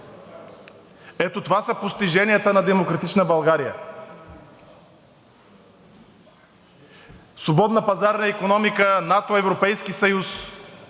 Ето това са постиженията на демократична България – свободна пазарна икономика, НАТО, Европейски съюз